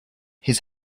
his